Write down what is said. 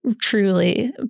truly